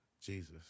Jesus